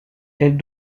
elles